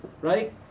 right